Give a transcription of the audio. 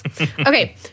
Okay